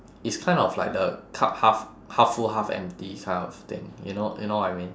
it's kind of like the cup half half full half empty kind of thing you know you know what I mean